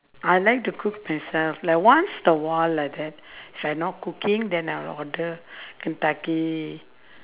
I like to cook myself like once a while like that if I not cooking then I will order kentucky